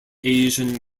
asian